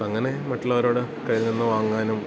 അങ്ങനെ മറ്റുള്ളവരോട് കയ്യിൽനിന്ന് വാങ്ങാനും